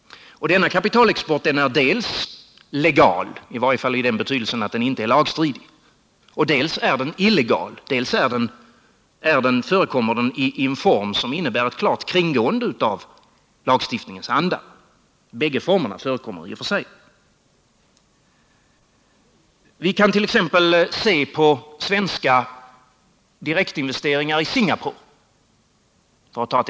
Denna kapitalexport är dels legal, i varje fall i den betydelsen att den inte är lagstridig, dels illegal, dvs. tar en form som innebär ett klart brott mot lagstiftningens anda. Bägge formerna förekommer. Låt mig för att ta ett exempel bland andra se på de svenska direktinvesteringarna i Singapore.